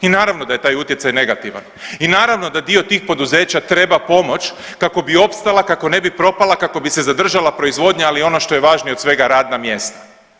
I naravno da je taj utjecaj negativan i naravno da dio tih poduzeća treba pomoć kako bi opstala, kako ne bi propala, kako bi se zadržala proizvodnja ali ono što je važnije od svega radna mjesta.